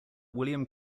william